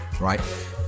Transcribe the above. right